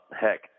heck